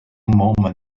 moment